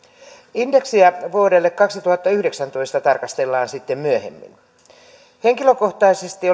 indeksiä vuodelle kaksituhattayhdeksäntoista tarkastellaan sitten myöhemmin henkilökohtaisesti